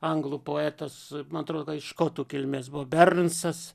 anglų poetas man atrodo kad jis škotų kilmės buvo bernsas